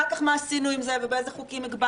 אחר כך מה עשינו עם זה ובאיזה חוקים הגבלנו